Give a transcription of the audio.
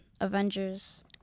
Avengers